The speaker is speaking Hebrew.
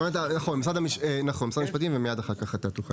משרד המשפטים, בבקשה.